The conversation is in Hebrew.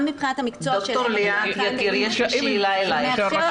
גם מבחינת המקצוע של ה- -- יש לי שאלה אלייך.